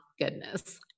goodness